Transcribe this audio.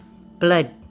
blood